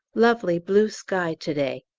lovely blue sky to-day.